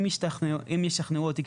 אם ישכנעו אותי,